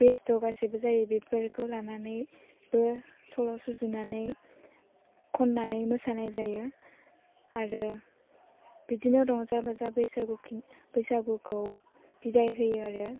बेस्थ' गासिबो जायो बेफोरखौ लानानै बो सल' सुजुनानै खन्नानै मोसानाय जायो आरो बिदिनो रंजा बाजा बैसागु बैसागुखौ बिदाय होयो आरो